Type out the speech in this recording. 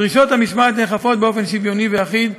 דרישות המשמעת נאכפות באופן שוויוני ואחיד,